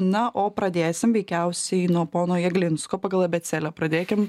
na o pradėsim veikiausiai nuo pono jeglinsko pagal abėcėlę pradėkim